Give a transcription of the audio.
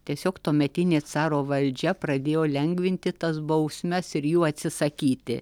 tiesiog tuometinė caro valdžia pradėjo lengvinti tas bausmes ir jų atsisakyti